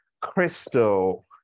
Crystal